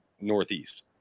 Northeast